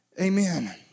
Amen